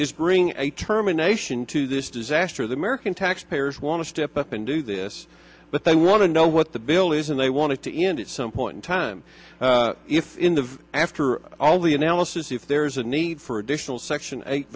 is bring a terminations to this disaster the american taxpayers want to step up and do this but they want to know what the bill is and they want to end it some point in time if in the after all the analysis if there is a need for additional section eight